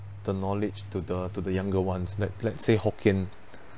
the knowledge to the to the younger ones let let's say hokkien